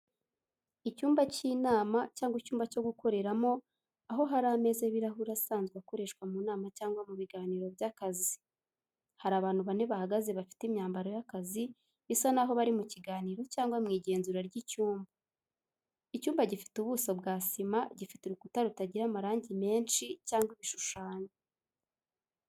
Icyumba cy'inama cyangwa icyumba cyo gukoreramo aho hari ameza y'ibirahure asanzwe akoreshwa mu nama cyangwa mu biganiro by'akazi. Hari abantu bane bahagaze bafite imyambaro y’akazi bisa n'aho bari mu kiganiro cyangwa mu igenzura ry'icyumba. Icyumba gifite ubuso bwa sima gifite urukuta rutagira amarangi menshi cyangwa ibishushanyo.